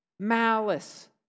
Malice